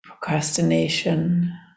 procrastination